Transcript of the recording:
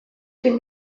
zen